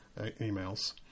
emails